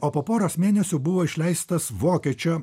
o po poros mėnesių buvo išleistas vokiečio